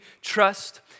trust